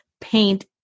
paint